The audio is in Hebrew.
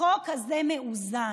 החוק הזה מאוזן.